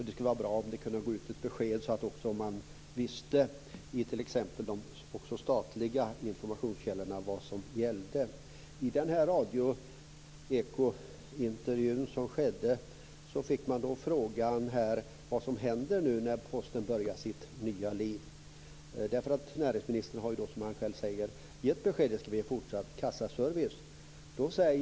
Det vore bra om det kunde gå ut ett besked så att man visste, också i de statliga informationskällorna, vad som gällde. I Ekointervjun ställdes frågan vad som händer när nu Posten börjar sitt nya liv. Näringsministern har ju, som han själv säger, gett beskedet att det ska bli fortsatt kassaservice.